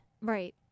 Right